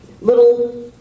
little